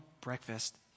breakfast